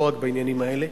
לא רק בעניינים האלה.